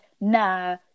nah